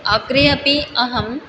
अग्रे अपि अहं